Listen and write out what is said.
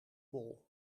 bol